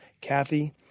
Kathy